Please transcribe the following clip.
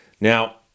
Now